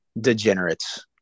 degenerates